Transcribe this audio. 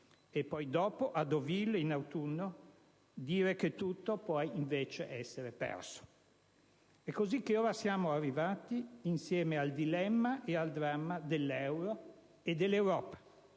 e poi dopo, a Deauville in autunno, dire che tutto può invece essere perso. È così che ora siamo arrivati insieme al dilemma e al dramma dell'euro e dell'Europa: